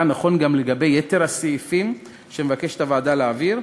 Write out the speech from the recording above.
נכון גם לגבי יתר הסעיפים שהוועדה מבקשת להעביר,